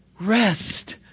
rest